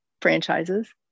franchises